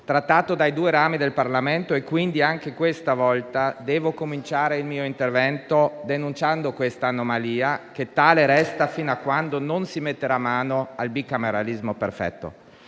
trattato dai due rami del Parlamento, quindi anche questa volta devo cominciare il mio intervento denunciando quest'anomalia, che tale resterà fino a quando non si metterà mano al bicameralismo perfetto.